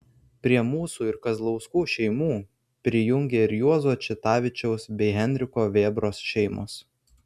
prie mūsų ir kazlauskų šeimų prijungė ir juozo čitavičiaus bei henriko vėbros šeimos